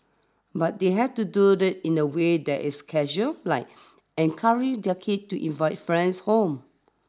but they have to do in a way that is casual like encouraging their kids to invite friends home